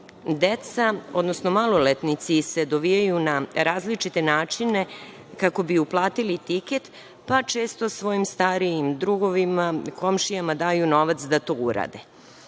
Deca, odnosno maloletnici se dovijaju na različite načine kako bi uplatili tiket, pa često svojim starijim drugovima, komšijama daju novac da to urade. Takođe